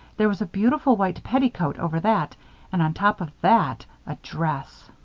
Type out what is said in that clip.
there was a beautiful white petticoat over that and on top of that a dress.